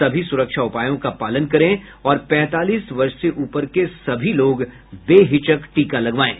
सभी सुरक्षा उपायों का पालन करें और पैंतालीस वर्ष से ऊपर के सभी लोग बेहिचक टीका लगवाएं